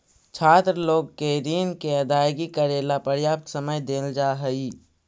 छात्र लोग के ऋण के अदायगी करेला पर्याप्त समय देल जा हई